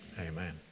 Amen